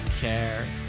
care